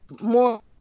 More